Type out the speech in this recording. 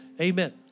Amen